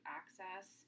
access